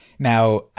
Now